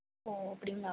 ஓ ஓ அப்படிங்களா